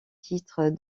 titre